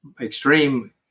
extreme